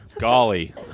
golly